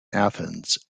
athens